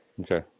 Okay